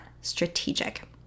strategic